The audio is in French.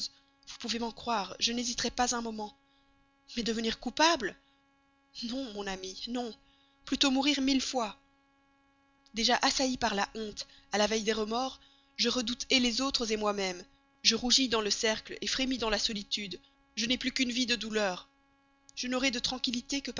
vous pouvez m'en croire je n'hésiterais pas un moment mais devenir coupable non mon ami non plutôt mourir mille fois déjà assaillie par la honte à la veille des remords je redoute les autres moi-même je rougis dans le cercle frémis dans la solitude je n'ai plus qu'une vie de douleurs je n'aurai de tranquillité